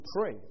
pray